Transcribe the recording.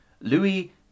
Louis